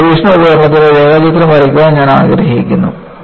ഈ പരീക്ഷണ ഉപകരണത്തിന്റെ ഒരു രേഖാചിത്രം വരയ്ക്കാൻ ഞാൻ ആഗ്രഹിക്കുന്നു